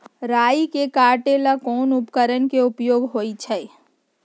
राई के काटे ला कोंन उपकरण के उपयोग होइ छई?